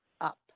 up